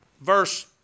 Verse